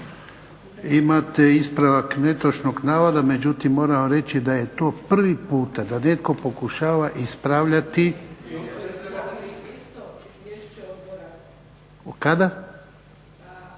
Imate ispravak netočnog navoda, međutim moram vam reći da je to prvi puta da netko pokušava ispravljati. …/Upadica